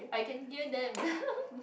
I can hear them